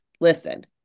Listen